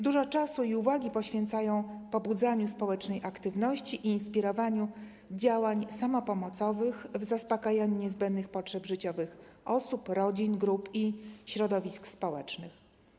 Dużo czasu i uwagi poświęcają pobudzaniu społecznej aktywności i inspirowaniu działań samopomocowych w zaspokajaniu niezbędnych potrzeb życiowych osób, rodzin, grup i środowisk społecznych.